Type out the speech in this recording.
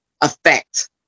effect